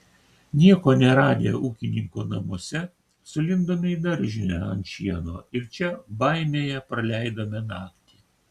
nieko neradę ūkininko namuose sulindome į daržinę ant šieno ir čia baimėje praleidome naktį